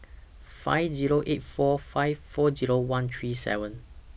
five Zero eight four five four Zero one three seven